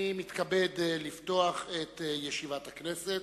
אני מתכבד לפתוח את ישיבת הכנסת.